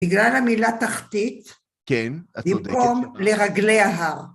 בגלל המילה תחתית - כן, את צודקת - במקום לרגלי ההר.